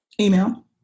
Email